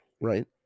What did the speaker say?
Right